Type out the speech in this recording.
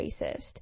racist